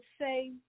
say